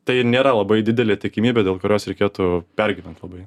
tai nėra labai didelė tikimybė dėl kurios reikėtų pergyvent labai